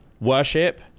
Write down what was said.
Worship